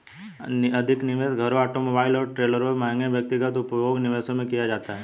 अधिक निवेश घरों ऑटोमोबाइल और ट्रेलरों महंगे व्यक्तिगत उपभोग्य निवेशों में किया जाता है